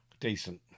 Decent